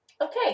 okay